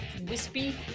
wispy